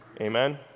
Amen